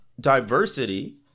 diversity